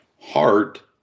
Heart